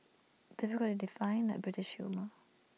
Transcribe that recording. difficult to define like British humour